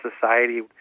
society